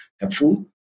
helpful